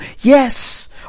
yes